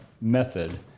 method